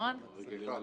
בבקשה.